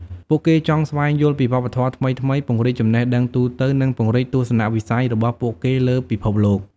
ពួកគេចង់ស្វែងយល់ពីវប្បធម៌ថ្មីៗ ពង្រីកចំណេះដឹងទូទៅ និងពង្រីកទស្សនវិស័យរបស់ពួកគេលើពិភពលោក។